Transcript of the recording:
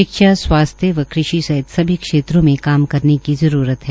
शिक्षा स्वास्थ्य व कृषि सहित सभी क्षेत्रों में काम करने की जरूरत है